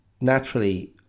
Naturally